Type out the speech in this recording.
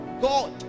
God